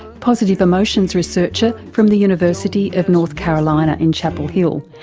positive emotions researcher from the university of north carolina in chapel hill,